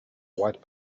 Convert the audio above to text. white